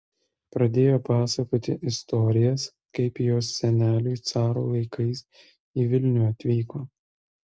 pradėjo pasakoti istorijas kaip jos seneliai caro laikais į vilnių atvyko